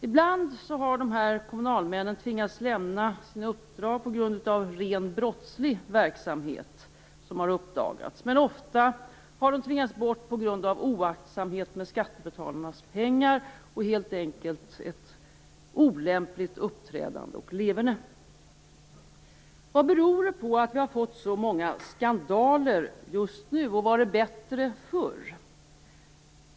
Ibland har de här kommunalmännen tvingats lämna sina uppdrag på grund av ren brottslig verksamhet, som har uppdagats, men ofta har de tvingats bort på grund av oaktsamhet med skattebetalarnas pengar och helt enkelt ett olämpligt uppträdande och leverne. Vad beror det på att vi har fått så många skandaler just nu? Var det bättre förr?